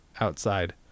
outside